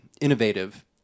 innovative